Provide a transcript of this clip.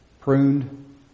pruned